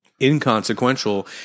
inconsequential